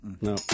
no